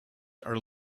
are